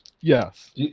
Yes